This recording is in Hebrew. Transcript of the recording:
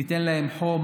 תיתן להם חום,